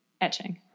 etching